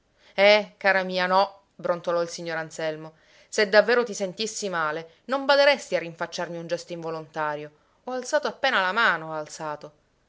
eh cara mia no brontolò il signor anselmo se davvero ti sentissi male non baderesti a rinfacciarmi un gesto involontario ho alzato appena la mano ho alzato